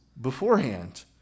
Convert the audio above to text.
beforehand